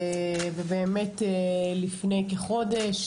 לפני כחודש,